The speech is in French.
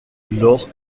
lors